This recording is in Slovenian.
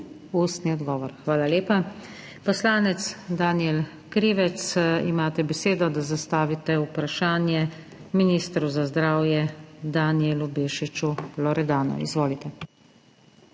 Ustni odgovor. Hvala lepa. Poslanec Danijel Krivec, imate besedo, da zastavite vprašanje ministru za zdravje Danijelu Bešiču Loredanu, izvolite.